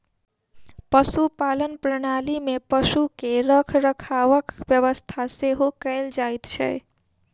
पशुपालन प्रणाली मे पशु के रखरखावक व्यवस्था सेहो कयल जाइत छै